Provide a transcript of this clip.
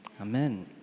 Amen